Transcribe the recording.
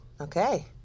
Okay